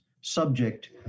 subject